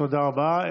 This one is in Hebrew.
תודה רבה.